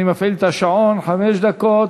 אני מפעיל את השעון, חמש דקות.